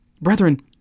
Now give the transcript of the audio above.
Brethren